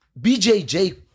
BJJ